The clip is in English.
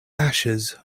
ashes